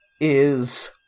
is-